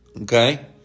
Okay